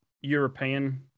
European